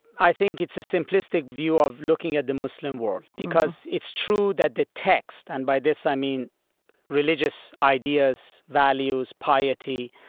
i think it's a simplistic view of looking at the muslim world because it's true that the text, and by this i mean religious ideas, values, piety,